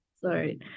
sorry